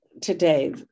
today